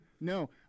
No